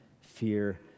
fear